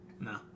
No